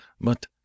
But